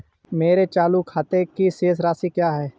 मेरे चालू खाते की शेष राशि क्या है?